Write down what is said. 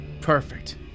Perfect